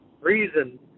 reason